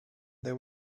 there